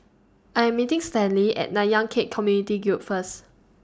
I Am meeting Stanley At Nanyang Khek Community Guild First